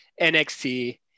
NXT